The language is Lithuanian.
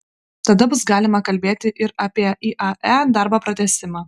tada bus galima kalbėti ir apie iae darbo pratęsimą